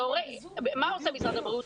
מה עושה משרד הבריאות?